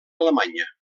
alemanya